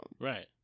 Right